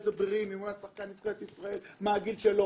גיל,